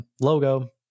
logo